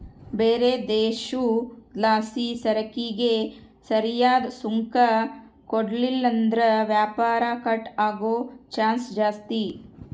ಬ್ಯಾರೆ ದೇಶುದ್ಲಾಸಿಸರಕಿಗೆ ಸರಿಯಾದ್ ಸುಂಕ ಕೊಡ್ಲಿಲ್ಲುದ್ರ ವ್ಯಾಪಾರ ಕಟ್ ಆಗೋ ಚಾನ್ಸ್ ಜಾಸ್ತಿ